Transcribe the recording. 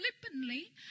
flippantly